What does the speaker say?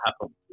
happen